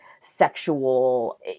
sexual